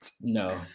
No